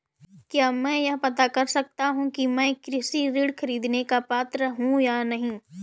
क्या मैं यह पता कर सकता हूँ कि मैं कृषि ऋण ख़रीदने का पात्र हूँ या नहीं?